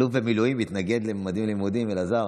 אלוף במילואים מתנגד לממדים ללימודים, אלעזר?